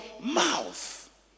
mouth